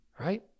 right